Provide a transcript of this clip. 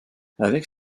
avec